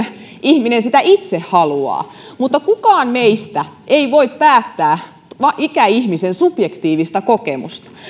ihminen sitä itse haluaa mutta kukaan meistä ei voi päättää ikäihmisen subjektiivista kokemusta